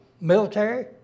military